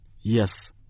Yes